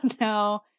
no